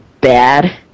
bad